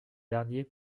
derniers